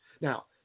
Now